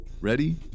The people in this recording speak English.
Ready